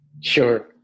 Sure